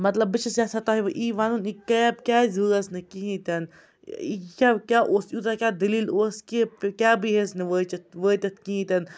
مطلب بہٕ چھَس یَژھان تۄہہِ وٕ ای وَنُن یہِ کیب کیٛازِ وٲژ نہٕ کِہیٖنۍ تہِ نہٕ یہِ کیٛاہ کیٛاہ اوس ایوٗتاہ کیٛاہ دٔلیٖل اوس کہِ کیبٕے ٲسۍ نہٕ وٲچِتھ وٲتِتھ کِہیٖنۍ تہِ نہٕ